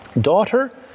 Daughter